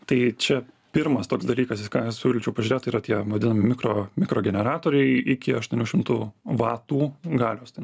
tai čia pirmas toks dalykas tai ką siūlyčiau pažiūrėt tai yra tie vadinami mikro mikro generatoriai iki aštuonių šimtų vatų galios tai